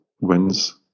wins